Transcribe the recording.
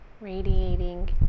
radiating